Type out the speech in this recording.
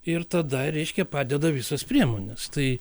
ir tada reiškia padeda visos priemonės tai